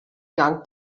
gang